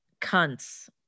cunts